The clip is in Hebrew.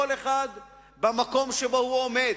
כל אחד במקום שבו הוא עומד.